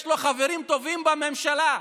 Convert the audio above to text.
יש לו חברים טובים בממשלה,